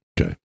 Okay